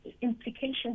implications